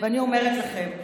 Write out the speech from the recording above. ואני אומרת לכם,